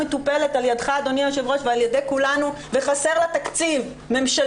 על ידך אדוני היושב ראש ועל ידי כולנו וחסר לה תקציב ממשלתי.